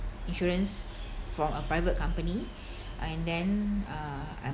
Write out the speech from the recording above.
insurance from a private company and then uh